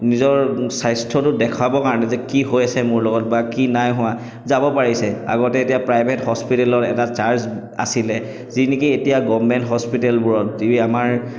নিজৰ স্বাস্থ্যটো দেখাবৰ কাৰণে যে কি হৈছে মোৰ লগত বা কি নাই হোৱা যাব পাৰিছে আগতে এতিয়া প্ৰাইভেট হস্পিতালৰ এটা চাৰ্জ আছিলে যি নেকি এতিয়া গভৰ্ণমেণ্ট হস্পিটেলবোৰত যি আমাৰ